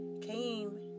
came